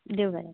देव बरें